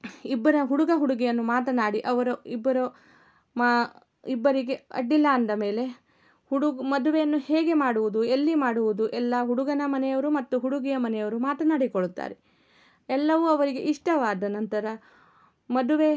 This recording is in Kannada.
ಇಬ್ಬರ ಹುಡುಗ ಹುಡುಗಿಯನ್ನು ಮಾತನಾಡಿ ಅವರ ಇಬ್ಬರು ಮಾ ಇಬ್ಬರಿಗೆ ಅಡ್ಡಿ ಇಲ್ಲ ಅಂದ ಮೇಲೆ ಹುಡುಗ ಮದುವೆಯನ್ನು ಹೇಗೆ ಮಾಡುವುದು ಎಲ್ಲಿ ಮಾಡುವುದು ಎಲ್ಲ ಹುಡುಗನ ಮನೆಯವರು ಮತ್ತು ಹುಡುಗಿಯ ಮನೆಯವರು ಮಾತನಾಡಿಕೊಳ್ಳುತ್ತಾರೆ ಎಲ್ಲವೂ ಅವರಿಗೆ ಇಷ್ಟವಾದ ನಂತರ ಮದುವೆ